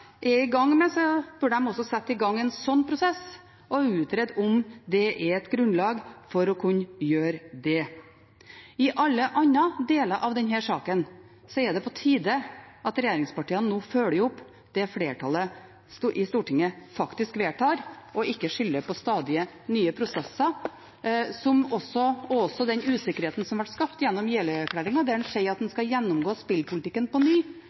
er i gang med, bør de også sette i gang en slik prosess og utrede om det er et grunnlag for å kunne gjøre det. I alle andre deler av denne saken er det på tide at regjeringspartiene nå følger opp det flertallet i Stortinget faktisk vedtar, og ikke skylder på stadig nye prosesser. Det gjelder også den usikkerheten som ble skapt gjennom Jeløya-erklæringen, der man sier at man skal gjennomgå spillpolitikken på ny,